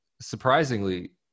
surprisingly